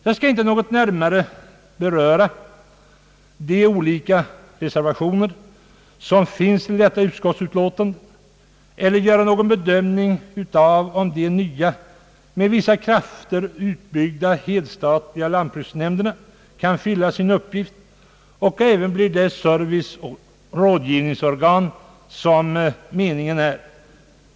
Jag skall inte något närmare beröra de olika reservationer som finns till detta utskottsutlåtande eller göra någon bedömning av om de nya och med vissa krafter utbyggda helstatliga lantbruksnämnderna kan fylla sin uppgift och även bli de serviceoch rådgivningsorgan som meningen är.